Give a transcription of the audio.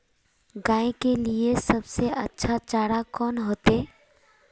गाय के लिए सबसे अच्छा चारा कौन होते?